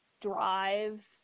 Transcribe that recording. drive